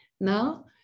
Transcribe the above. now